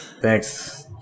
Thanks